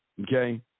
Okay